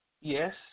yes